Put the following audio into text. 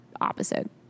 opposite